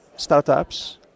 startups